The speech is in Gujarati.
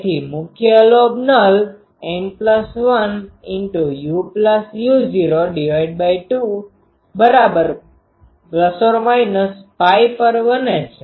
તેથી મુખ્ય લોબ નલ N1uu૦2±π પર બને છે